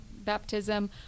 baptism